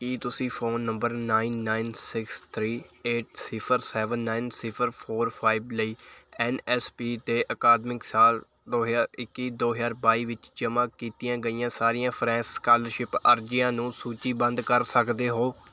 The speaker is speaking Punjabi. ਕੀ ਤੁਸੀਂ phone number nine nine six three eight ਸਿਫਰ ਸੈਵਨ ਨਾਈਨ ਸਿਫਰ ਫੋਰ ਫਾਈਵ ਲਈ ਐੱਨ ਐੱਸ ਪੀ 'ਤੇ ਅਕਾਦਮਿਕ ਸਾਲ ਦੋ ਹਜ਼ਾਰ ਇੱਕੀ ਦੋ ਹਜ਼ਾਰ ਬਾਈ ਵਿੱਚ ਜਮ੍ਹਾਂ ਕੀਤੀਆਂ ਗਈਆਂ ਸਾਰੀਆਂ ਫਰੈਸ਼ ਸਕਾਲਰਸ਼ਿਪ ਅਰਜ਼ੀਆਂ ਨੂੰ ਸੂਚੀਬੱਧ ਕਰ ਸਕਦੇ ਹੋ